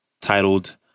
titled